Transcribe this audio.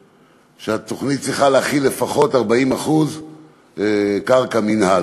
והתוכניות צריכה להכיל לפחות 40% קרקע מינהל.